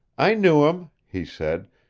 i knew him, he said.